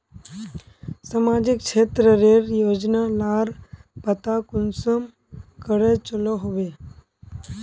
सामाजिक क्षेत्र रेर योजना लार पता कुंसम करे चलो होबे?